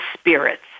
spirits